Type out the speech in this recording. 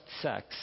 sex